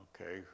Okay